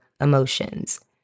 emotions